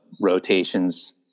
rotations